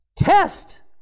test